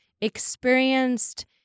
experienced